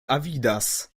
avidas